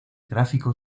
gráfico